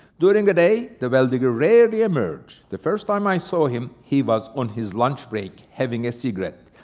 during the day, the well-digger rarely emerged. the first time i saw him, he was on his lunch break, having a cigarette.